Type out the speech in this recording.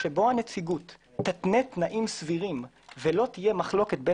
שבו הנציגות תתנה תנאים סבירים ולא תהיה מחלוקת בין